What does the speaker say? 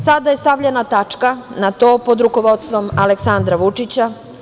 Sada je stavljena tačka na to pod rukovodstvom Aleksandra Vučića.